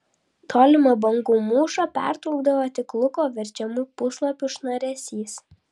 tolimą bangų mūšą pertraukdavo tik luko verčiamų puslapių šnaresys